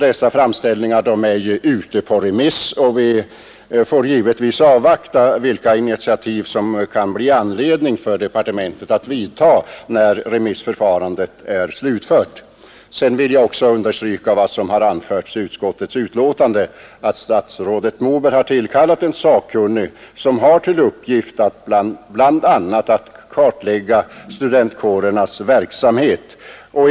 Denna framställning är ute på remiss, och vi får givetvis avvakta de initiativ som departementet kan ha anledning att ta när remissförfarandet är slutfört. Jag vill också understryka vad som har anförts i utskottsbetänkandet, nämligen att statsrådet Moberg har tillkallat en sakkunnig som har till uppgift bl.a. att kartlägga studentkårernas verksamhet.